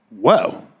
whoa